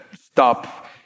stop